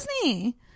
disney